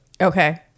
Okay